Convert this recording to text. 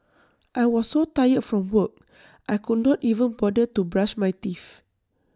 I was so tired from work I could not even bother to brush my teeth